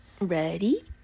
Ready